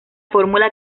fórmula